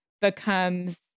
becomes